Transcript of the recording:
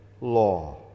law